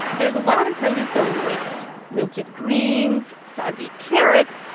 there's a lot of produce going to waste wilted greens, soggy carrots,